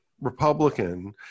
Republican